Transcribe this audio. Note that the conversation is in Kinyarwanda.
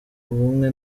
ubumwe